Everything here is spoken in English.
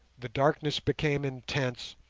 the darkness became intense,